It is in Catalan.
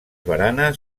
baranes